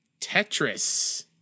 Tetris